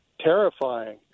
terrifying